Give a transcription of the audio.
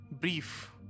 brief